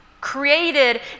created